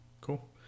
Cool